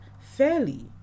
fairly